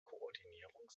koordinierung